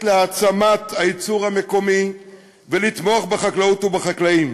להעצמת הייצור המקומי ולתמוך בחקלאות ובחקלאים.